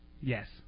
Yes